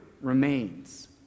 remains